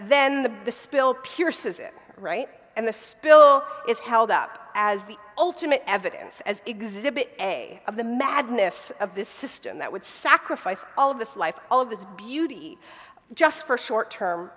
then the spill pierces it right and the spill is held up as the ultimate evidence as exhibit a of the madness of this system that would sacrifice all of this life all of this beauty just for short term